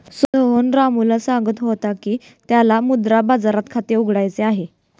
सोहन रामूला सांगत होता की त्याला मुद्रा बाजारात खाते उघडायचे आहे